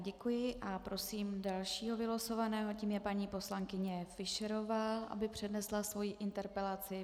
Děkuji a prosím dalšího vylosovaného a tím je paní poslankyně Fischerová, aby přednesla svoji interpelaci.